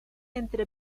entre